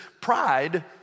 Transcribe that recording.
pride